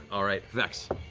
all right, vex.